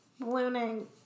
ballooning